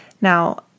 Now